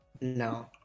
no